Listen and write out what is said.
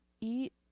eat